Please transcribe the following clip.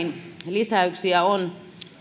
lisäyksiä on